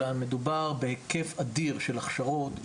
אלא מדובר בהיקף אדיר של הכשרות,